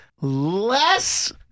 less